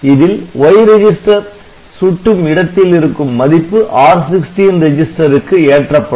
இதில் Y register சுட்டும் இடத்தில் இருக்கும் மதிப்பு R16 ரெஜிஸ்டருக்கு ஏற்றப்படும்